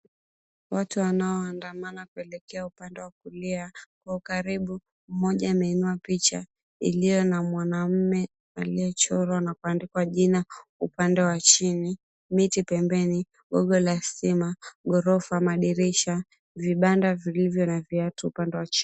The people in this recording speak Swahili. Watu wanaoandamana kuelekea upande wa kulia. Kwa ukaribu, mmoja ameinua picha iliyo na mwanamume aliyechorwa na kuandikwa jina upande wa chini. Miti pembeni, gogo la stima, ghorofa, madirisha, vibanda vilivyo na viatu upande wa chini.